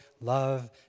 love